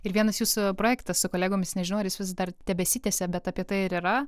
ir vienas jūsų projektas su kolegomis nes žodis vis dar tebesitęsia bet apie tai ir yra